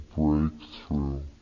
breakthrough